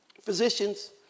physicians